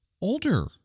older